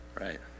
Right